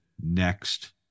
next